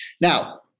Now